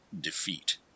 defeat